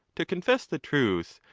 to confess the truth,